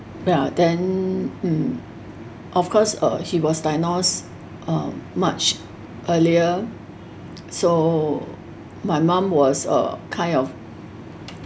ya then um of course uh he was diagnosed uh much earlier so my mom was uh kind of